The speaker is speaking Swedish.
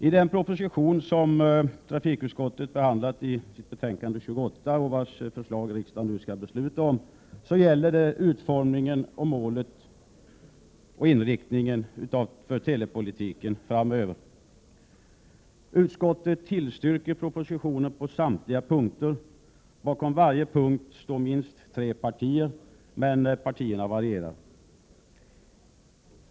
I den proposition som trafikutskottet behandlat i sitt betänkande 28 och vars förslag riksdagen nu skall besluta om gäller det utformning, mål och inriktning av telepolitiken framöver. Utskottet tillstyrker propositionen på samtliga punkter. Bakom varje punkt står minst tre partier, men partierna varierar.